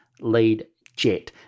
leadjet